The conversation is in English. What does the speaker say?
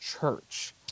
church